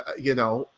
ah you know,